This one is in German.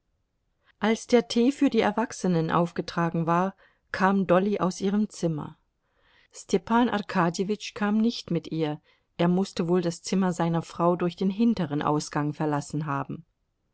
als der tee für die erwachsenen aufgetragen war kam dolly aus ihrem zimmer stepan arkadjewitsch kam nicht mit ihr er mußte wohl das zimmer seiner frau durch den hinteren ausgang verlassen haben